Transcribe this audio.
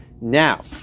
Now